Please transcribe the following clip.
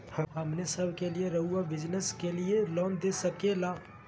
हमने सब के लिए रहुआ बिजनेस के लिए लोन दे सके ला?